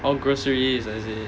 orh groceries is it